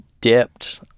dipped